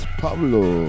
Pablo